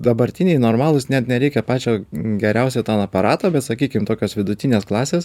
dabartiniai normalūs net nereikia pačio geriausio ten aparato bet sakykim tokios vidutinės klasės